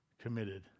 committed